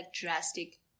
drastic